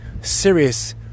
serious